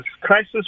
crisis